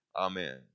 Amen